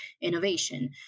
innovation